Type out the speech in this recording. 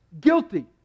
Guilty